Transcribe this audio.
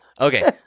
Okay